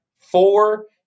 Four